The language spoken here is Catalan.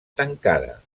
tancada